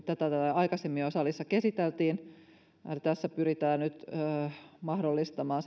aikaisemmin jo täällä salissa käsiteltiin eli tässä pyritään nyt mahdollistamaan